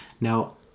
Now